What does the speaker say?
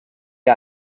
you